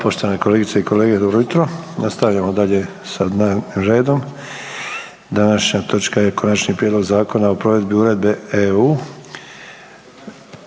poštovane kolege i kolegice dobro jutro. Nastavljamo dalje sa dnevnim redom, današnja točka je: Konačni prijedlog Zakona o provedbi Uredbe (EU)